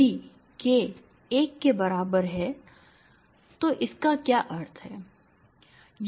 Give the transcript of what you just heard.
यदि k 1 हो तो इसका क्या अर्थ है